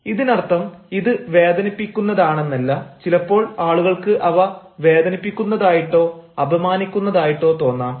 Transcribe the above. ഇതിനർത്ഥം ഇത് വേദനിപ്പിക്കുന്നതാണെന്നല്ല ചിലപ്പോൾ ആളുകൾക്ക് അവ വേദനിപ്പിക്കുന്നതായിട്ടോ അപമാനിക്കുന്നതായിട്ടോ തോന്നാം